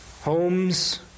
homes